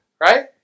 right